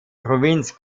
provinz